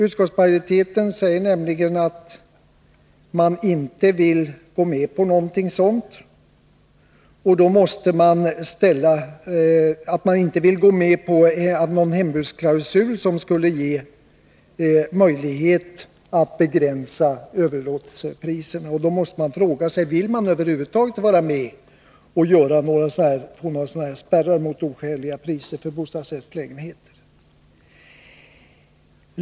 Utskottsmajoriteten säger nämligen att den inte vill gå med på någon hembudsklausul som skulle ge möjlighet att begränsa överlåtelsepriserna. Då måste man fråga sig: Vill utskottsmajoriteten över huvud taget vara med om att införa några sådana spärrar mot oskäliga priser på hyreslägenheter?